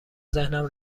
ذهنم